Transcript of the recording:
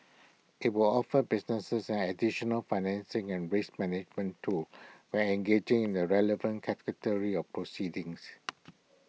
IT will offer businesses an additional financing and risk management tool when engaging in the relevant of proceedings